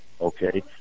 okay